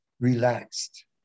relaxed